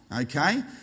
okay